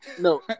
No